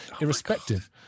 irrespective